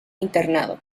internado